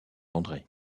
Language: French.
andré